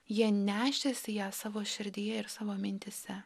jie nešėsi ją savo širdyje ir savo mintyse